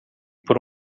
por